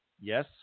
yes